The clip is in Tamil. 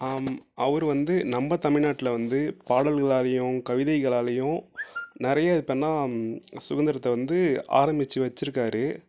அவரு வந்து நம்ம தமிழ்நாட்டில் வந்து பாடல்கள்லாலேயும் கவிதைகள்லாலேயும் நிறைய இப்போ என்ன சுதந்தரத்த வந்து ஆரமிச்சு வச்சிருக்கார்